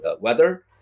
weather